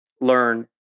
learn